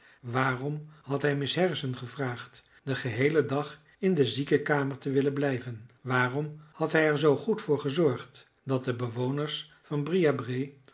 waarom had hij miss harrison gevraagd den geheelen dag in de ziekenkamer te willen blijven waarom had hij er zoo goed voor gezorgd dat de bewoners van